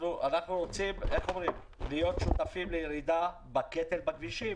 אנחנו רוצים להיות שותפים במניעת הקטל בכבישים.